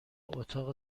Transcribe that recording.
اتاق